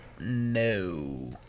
no